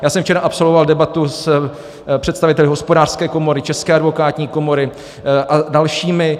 Já jsem včera absolvoval debatu s představiteli Hospodářské komory, České advokátní komory a dalšími.